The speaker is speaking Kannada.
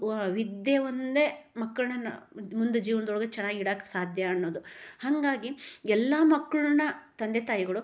ವಿದ್ಯೆ ಒಂದೇ ಮಕ್ಳನ್ನು ಮುಂದೆ ಜೀವನ್ದೊಳಗೆ ಚೆನ್ನಾಗಿಡಕ್ಕೆ ಸಾಧ್ಯ ಅನ್ನೋದು ಹಾಗಾಗಿ ಎಲ್ಲ ಮಕ್ಳನ್ನ ತಂದೆ ತಾಯಿಗಳು